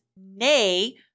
Nay